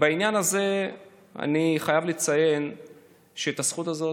בעניין הזה אני חייב לציין שאת הזכות הזאת,